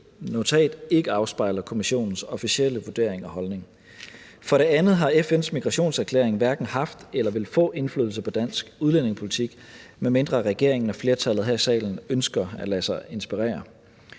notat ikke afspejler Kommissionens officielle vurdering og holdning. For det andet har FN's migrationserklæring hverken haft eller vil få indflydelse på dansk udlændingepolitik, med mindre regeringen og flertallet her i salen ønsker at lade sig inspirere.